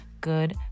good